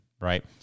right